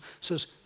says